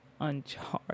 uncharged